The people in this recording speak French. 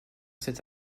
cet